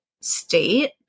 state